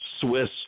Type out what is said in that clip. Swiss